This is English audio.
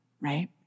right